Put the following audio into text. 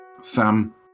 Sam